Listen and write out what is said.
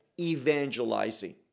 evangelizing